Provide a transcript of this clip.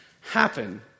happen